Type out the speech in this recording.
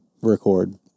record